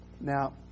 Now